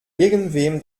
irgendwem